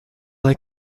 like